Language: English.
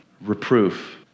reproof